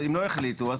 אם לא החליטו --- לא,